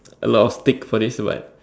a lot of tick for this but